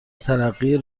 ترقی